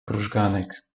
krużganek